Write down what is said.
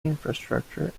infrastructure